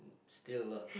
still lah